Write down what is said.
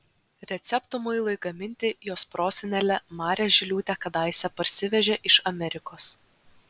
receptų muilui gaminti jos prosenelė marė žiliūtė kadaise parsivežė iš amerikos